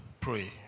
pray